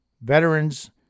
Veterans